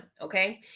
okay